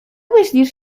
myślisz